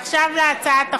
עכשיו להצעת החוק,